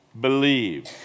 believe